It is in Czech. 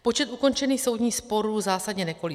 Počet ukončených soudních sporů zásadně nekolísá.